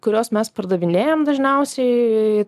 kurios mes pardavinėjam dažniausiai